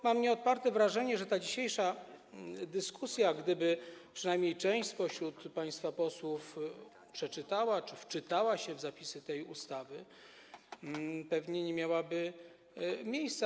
Mam nieodparte wrażenie, że ta dzisiejsza dyskusja, gdyby przynajmniej część spośród państwa posłów przeczytała tę ustawę czy wczytała się w zapisy tej ustawy, pewnie nie miałaby miejsca.